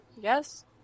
yes